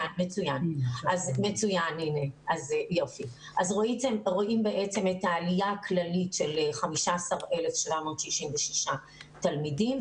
אז רואים בעצם את העלייה הכללית של 15,766 תלמידים.